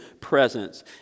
presence